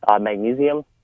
magnesium